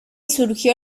surgió